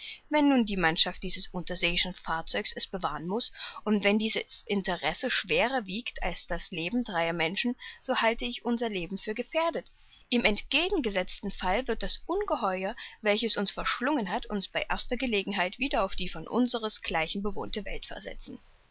wenn nun die mannschaft dieses unterseeischen fahrzeugs es bewahren muß und wenn dieses interesse schwerer wiegt als das leben dreier menschen so halte ich unser leben für gefährdet im entgegengesetzten fall wird das ungeheuer welches uns verschlungen hat uns bei erster gelegenheit wieder auf die von unsers gleichen bewohnte welt versetzen